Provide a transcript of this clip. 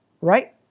Right